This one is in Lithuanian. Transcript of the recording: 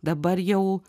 dabar jau